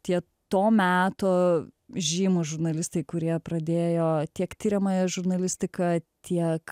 tie to meto žymūs žurnalistai kurie pradėjo tiek tiriamąją žurnalistiką tiek